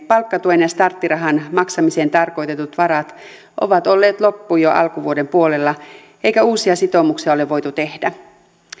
palkkatuen ja starttirahan maksamiseen tarkoitetut varat ovat olleet loppu jo alkuvuoden puolella eikä uusia sitoumuksia ole voitu tehdä